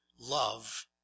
love